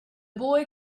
boy